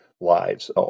lives